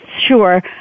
sure